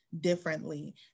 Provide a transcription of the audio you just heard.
differently